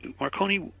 Marconi